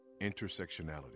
Intersectionality